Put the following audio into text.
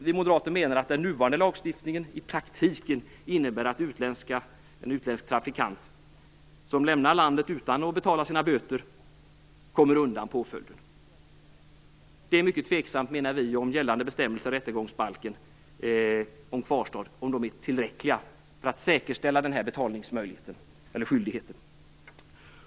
Vi moderater menar att den nuvarande lagstiftningen i praktiken innebär att en utländsk trafikant som lämnar landet utan att betala sina böter kommer undan påföljd. Det är mycket tveksamt, menar vi, om gällande bestämmelser om kvarstad i rättegångsbalken är tillräckliga för att säkerställa den här betalningsskyldigheten.